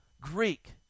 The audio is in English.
greek